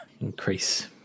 increase